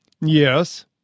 Yes